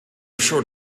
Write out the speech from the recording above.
short